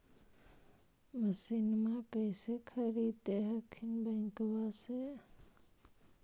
मसिनमा कैसे खरीदे हखिन बैंकबा से?